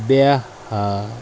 Bihar